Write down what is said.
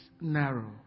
narrow